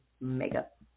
makeup